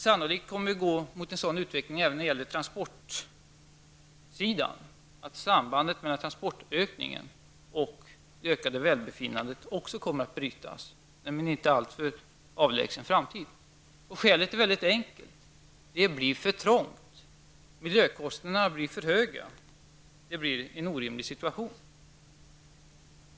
Sannolikt kommer vi att gå mot en sådan utveckling även när det gäller transporterna. Sambandet mellan transportökningen och det ökade välbefinnandet kommer kanske att brytas inom en inte alltför avlägsen framtid. Skälet är mycket enkelt. Det blir för trångt. Miljökostnaderna blir för höga. En orimlig situation uppstår.